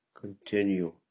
continue